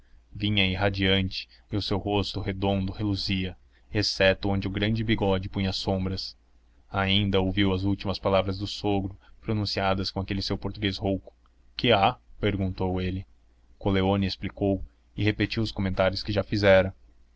vinha irradiante e o seu rosto redondo reluzia exceto onde o grande bigode punha sombras ainda ouviu as últimas palavras do sogro pronunciadas com aquele seu português rouco que há perguntou ele coleoni explicou e repetiu os comentários que já fizera